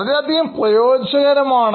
വളരെയധികം പ്രയോജനകരമാണ്